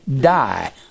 die